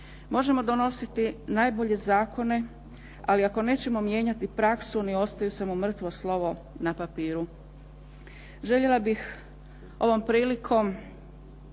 Možemo donositi najbolje zakone ali ako nećemo mijenjati praksu oni ostaju samo mrtvo slovo na papiru. Željela bih ovom prilikom